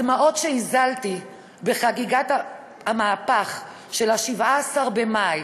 הדמעות שהזלתי בחגיגת המהפך של 17 במאי